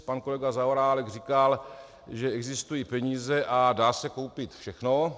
Pan kolega Zaorálek říkal, že existují peníze a dá se koupit všechno.